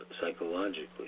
psychologically